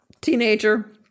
teenager